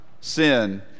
sin